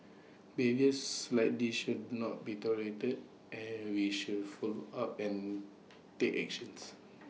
behaviours like this should not be tolerated and we should follow up and take actions